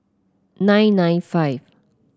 nine nine five